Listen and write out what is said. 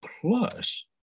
Plus